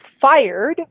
fired